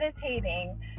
meditating